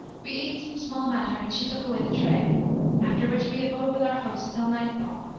we ate some small matter and she took away the tray after which we abode with our host till nightfall,